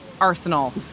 arsenal